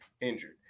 injured